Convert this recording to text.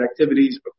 activities